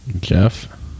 Jeff